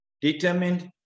determined